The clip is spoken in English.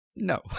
No